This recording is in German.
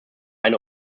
eine